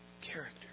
Character